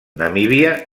namíbia